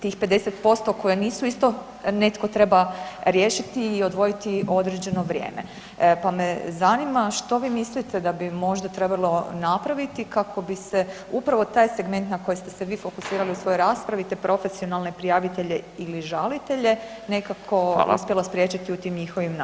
Tih 50% koje nisu, isto netko treba riješiti i odvojiti određeno vrijeme pa me zanima, što vi mislite da bi možda trebalo napraviti kako bi se upravo taj segment na koji ste se vi fokusirali u svojoj raspravi, te profesionalne prijavitelje ili žalitelje, nekako [[Upadica: Hvala.]] uspjelo spriječiti u tim njihovim naumima?